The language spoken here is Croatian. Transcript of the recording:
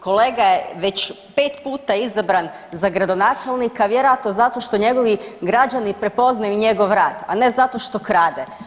Kolega je već 5 puta izabran za gradonačelnika vjerojatno zato što njegovi građani prepoznaju njegov rad, a ne zato što krade.